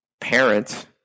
parents